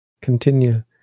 continue